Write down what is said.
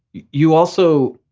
you also,